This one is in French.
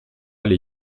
les